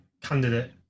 candidate